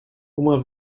uma